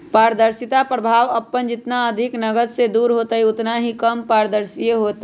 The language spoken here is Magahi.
पारदर्शिता प्रभाव अपन जितना अधिक नकद से दूर होतय उतना ही कम पारदर्शी होतय